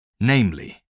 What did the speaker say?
namely